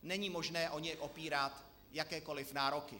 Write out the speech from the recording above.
Není možné o něj opírat jakékoliv nároky.